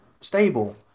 stable